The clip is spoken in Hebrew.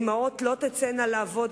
אמהות לא תצאנה לעבוד,